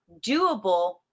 doable